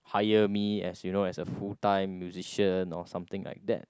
hire me as you know as a full time musician or something like that